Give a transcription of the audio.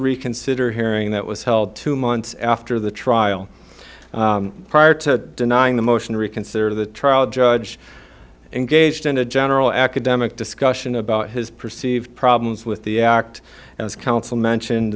reconsider hearing that was held two months after the trial prior to denying the motion to reconsider the trial judge engaged in a general academic discussion about his perceived problems with the act as counsel mentioned